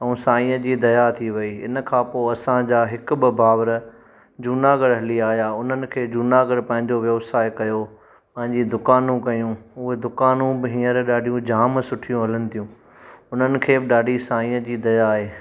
ऐं साईंअ जी दया थी वई इन खां पोइ असांजा हिकु ॿ भाउर जूनागढ़ हली आया उन्हनि खे जूनागढ़ पंहिंजो व्यवसाए कयो पंहिंजी दुकानू कयूं उहे दुकानू बि हीअंर ॾाढी जाम सुठियूं हलनि थियूं उन्हनि खे ॾाढी साईंअ जी दया आहे